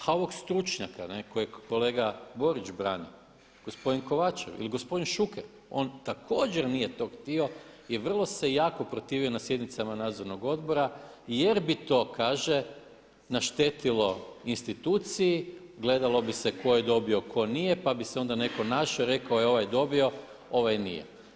Ha ovog stručnjaka kojeg kolega Borić brani, gospodin Kovačev ili gospodin Šuker on također nije to htio i vrlo se jako protivio na sjednicama nadzornog odbora jer bi to kaže naštetilo instituciji, gledalo bi se koje dobio ko nije pa bi se onda neko našao i rekao ovaj je dobio, ovaj nije.